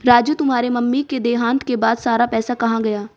राजू तुम्हारे मम्मी के देहांत के बाद सारा पैसा कहां गया?